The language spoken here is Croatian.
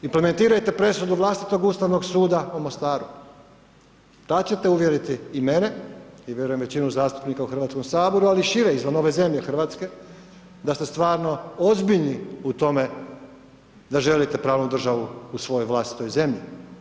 Implementirajte presudu vlastitog Ustavnog suda u Mostaru, tad ćete uvjeriti i mene i vjerujem većinu zastupnika u Hrvatskom saboru, ali i šire izvan ove zemlje Hrvatske da ste stvarno ozbiljni u tome da želite pravnu državu u svojoj vlastitoj zemlji.